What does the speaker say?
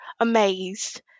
amazed